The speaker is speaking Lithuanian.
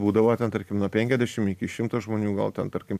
būdavo ten tarkim nuo penkiasdešim iki šimto žmonių gal ten tarkim